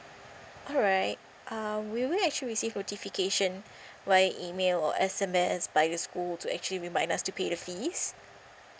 alright uh will we actually receive notifications via email or S_M_S by the school to actually remind us to pay the fees